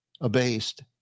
abased